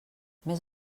més